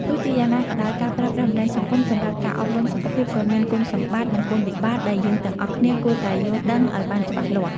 ទោះជាយ៉ាងណាក៏ដោយ ការប្រើប្រាស់បណ្តាញសង្គមសម្រាប់ការអប់រំសុខភាពក៏មានគុណសម្បត្តិ និងគុណវិបត្តិដែលយើងទាំងអស់គ្នាគួរតែយល់ដឹងឲ្យបានច្បាស់លាស់។